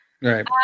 Right